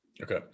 Okay